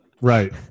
Right